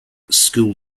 school